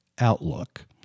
outlook